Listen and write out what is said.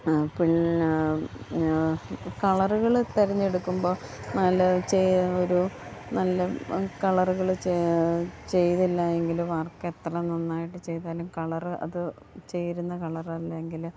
പിന്നെ കളറുകൾ തിരഞ്ഞെടുക്കുമ്പോൾ നല്ല ചെയ് ഒരു നല്ല കളറുകൾ ചെയ്തില്ലയെങ്കിൽ വർക്കെത്ര നന്നായിട്ട് ചെയ്താലും കളർ അത് ചേരുന്ന കളറല്ലെങ്കിൽ